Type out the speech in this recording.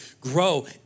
grow